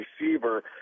receiver